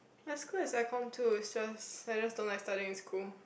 my school is aircon too is just I just don't like studying in school